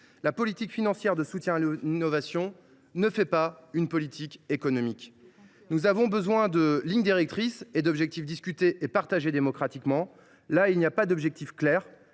politique financière de soutien à l’innovation ne fait pas une politique économique. Nous avons besoin de lignes directrices et d’objectifs discutés et partagés démocratiquement. Dans ce texte, il n’y a pas d’objectifs clairs